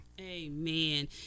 Amen